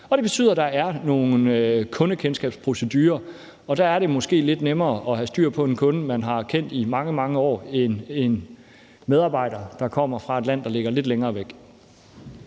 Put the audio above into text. Det betyder, at der er nogen kundekendskabsprocedurer, og der er det måske lidt nemmere at have styr på en kunde, man har kendt i mange, mange år, end en medarbejder, der kommer fra et land, der ligger lidt længere væk.